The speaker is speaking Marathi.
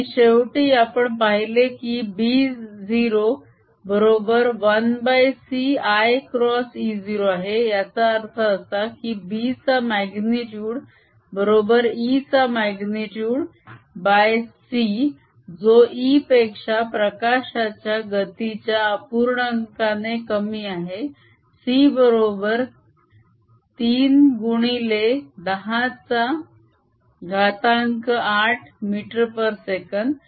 आणि शेवटी आपण पाहिले की B0 बरोबर 1ci क्रॉस E0 आहे याचा अर्थ असा की B चा म्याग्नितुड बरोबर E चा म्याग्नितुड c जो E पेक्षा प्रकाशाच्या गतीच्या अपूर्णांकाने कमी आहे c बरोबर 3 गुणले 10 चा घातांक 8 ms